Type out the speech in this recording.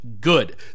Good